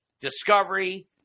discovery